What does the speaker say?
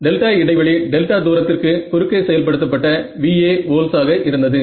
delta இடைவெளி Δ தூரத்திற்கு குறுக்கே செயல்படுத்தப்பட்ட Va வோல்ட்ஸ் ஆக இருந்தது